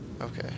Okay